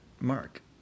Mark